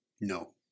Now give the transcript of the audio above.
No